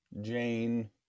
jane